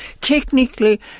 Technically